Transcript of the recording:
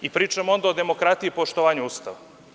Pričamo o demokratiji i poštovanju Ustava.